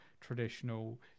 traditional